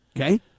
Okay